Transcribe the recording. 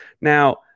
Now